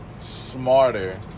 smarter